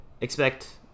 expect